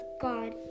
God